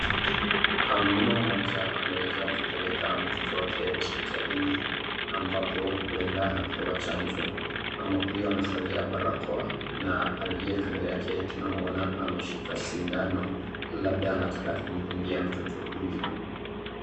Mama mmoja ameweza kupeleka mtoto wake hospitalini ambapo huenda anapewa chanjo. Mama huyu amevalia barakoa na aliyekando yake tunamuona ameshika sindano labda anataka kumdungia mtoto huyu.